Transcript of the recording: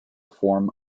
form